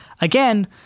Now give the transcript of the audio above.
again